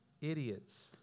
idiots